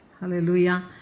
Hallelujah